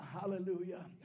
Hallelujah